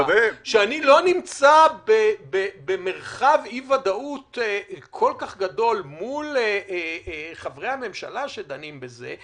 שאני לא נמצא במרחב אי-ודאות כל כך גדול מול חברי הממשלה שדנים בזה.